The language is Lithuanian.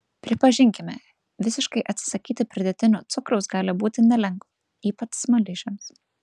pripažinkime visiškai atsisakyti pridėtinio cukraus gali būti nelengva ypač smaližiams